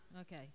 Okay